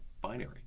binary